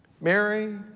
Mary